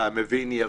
והמבין יבין.